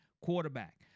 quarterback